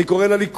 אני קורא לליכוד,